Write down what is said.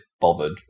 bothered